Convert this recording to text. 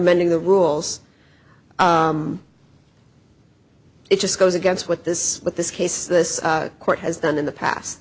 amending the rules it just goes against what this what this case this court has done in the past